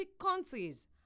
countries